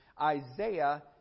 Isaiah